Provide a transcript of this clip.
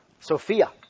Sophia